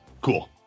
Cool